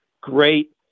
great